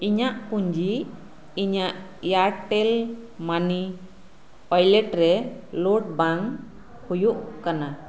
ᱤᱧᱟᱹᱜ ᱯᱩᱸᱡᱤ ᱤᱧᱟᱹᱜ ᱮᱭᱟᱨᱴᱮᱞ ᱢᱟᱱᱤ ᱳᱣᱟᱞᱮᱴ ᱨᱮ ᱞᱳᱰ ᱵᱟᱝ ᱦᱩᱭᱩᱜ ᱠᱟᱱᱟ